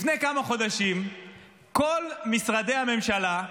לפני כמה חודשים כל משרדי הממשלה,